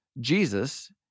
Jesus